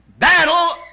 Battle